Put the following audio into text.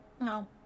No